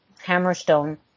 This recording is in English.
Hammerstone